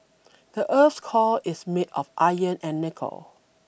the earth's core is made of iron and nickel